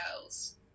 girls